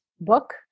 book